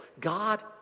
God